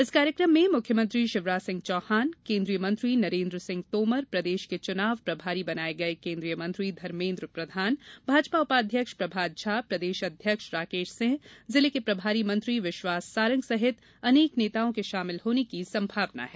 इस कार्यक्रम में मुख्यमंत्री शिवराज सिंह चौहान केंद्रीय मंत्री नरेन्द्र सिंह तोमर प्रदेश के चुनाव प्रभारी बनाए गए केंद्रीय मंत्री धर्मेन्द्र प्रधान भाजपा उपाध्यक्ष प्रभात झा प्रदेश अध्यक्ष राकेश सिंह जिले के प्रभारी मंत्री विश्वास सारंग सहित अनेक नेताओं के शामिल होने की संभावना है